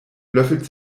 löffelt